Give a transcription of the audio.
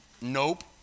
Nope